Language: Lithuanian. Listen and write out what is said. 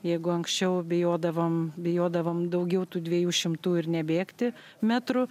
jeigu anksčiau bijodavom bijodavom daugiau tų dviejų šimtų ir nebėgti metrų